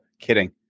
Kidding